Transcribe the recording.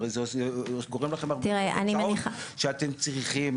הרי זה גורם לכם הרבה הוצאות שאתם צריכים